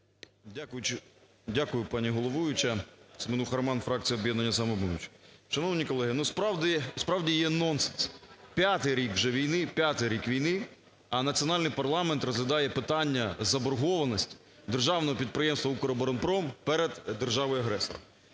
Дякую, пані головуюча. Семенуха Роман, "Об'єднання "Самопоміч". Шановні колеги, насправді є нонсенс, п'ятий рік вже війни, п'ятий рік війни, а національний парламент розглядає питання заборгованості Державного підприємства "Укроборонпром" перед державою-агресором.